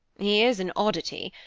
he is an oddity,